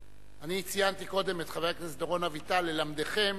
אני ציינתי קודם את חבר הכנסת דורון אביטל, ללמדכם